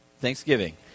Thanksgiving